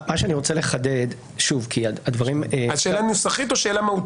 מה שאני רוצה לחדד --- השאלה היא נוסחית או מהותית?